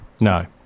no